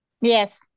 Yes